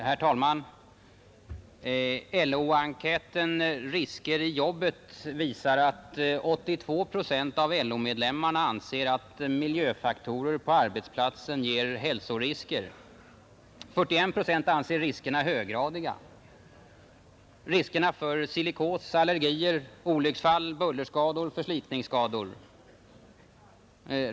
Herr talman! LO-enkäten Risker i jobbet visar att 82 procent av LO-medlemmarna anser att miljöfaktorer på arbetsplatsen ger hälsorisker. 41 procent anser riskerna höggradiga — riskerna för silikos, allergier, olycksfall, bullerskador, förslitningsskador.